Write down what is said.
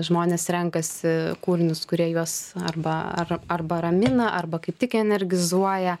žmonės renkasi kūrinius kurie juos arba ar arba ramina arba kaip tik energizuoja